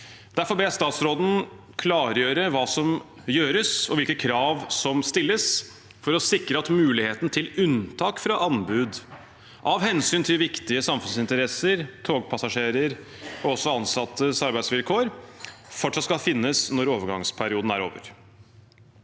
Derfor ber jeg statsråden klargjøre hva som gjøres, og hvilke krav som stilles, for å sikre at muligheten til unntak fra anbud av hensyn til viktige samfunnsinteresser, til togpassasjerer og også til ansattes arbeidsvilkår fortsatt skal finnes når overgangsperioden er over.